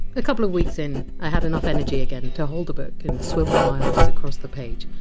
a couple of weeks in, i had enough energy again to hold a book and swivel my eyes across the page,